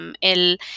el